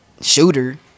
Shooter